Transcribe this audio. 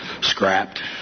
scrapped